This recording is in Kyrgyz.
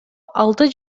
алты